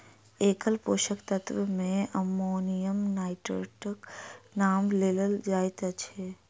एकल पोषक तत्व मे अमोनियम नाइट्रेटक नाम लेल जाइत छै